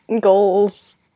goals